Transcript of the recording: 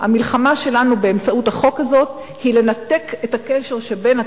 המלחמה שלנו באמצעות החוק הזה היא לנתק את הקשר שבין התקשורת,